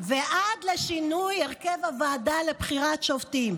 ועד לשינוי הרכב הוועדה לבחירת שופטים.